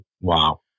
Wow